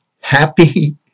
happy